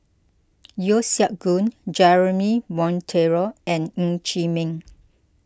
Yeo Siak Goon Jeremy Monteiro and Ng Chee Meng